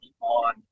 on